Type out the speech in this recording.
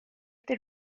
they